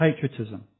patriotism